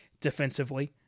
defensively